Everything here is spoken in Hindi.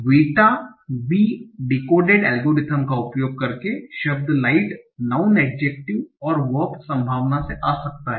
वीटा बी डिकोडेड एल्गोरिदम का उपयोग करके शब्द लाइट नाउँन एड्जेक्टिव और वर्ब संभावना से आ सकता है